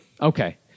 Okay